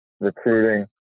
recruiting